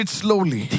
slowly